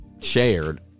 shared